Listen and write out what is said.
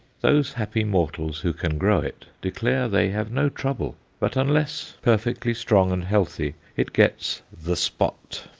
those happy mortals who can grow it declare they have no trouble, but unless perfectly strong and healthy it gets the spot,